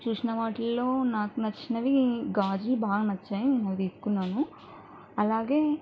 చూసిన వాటిలలో నాకు నచ్చినవి గాజువి బాగా నచ్చాయి నేను తీసుకున్నాను అలాగే